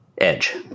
Edge